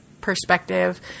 perspective